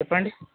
చెప్పండి